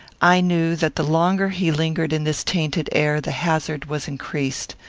i knew that the longer he lingered in this tainted air, the hazard was increased.